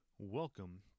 Welcome